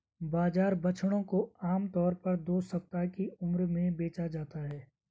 बाजार बछड़ों को आम तौर पर दो सप्ताह की उम्र में बेचा जाता है